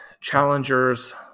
challengers